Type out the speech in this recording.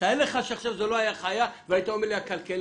תאר לך שלא הייתה חיה הראל והיית אומר לי הכלכלנית